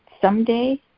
someday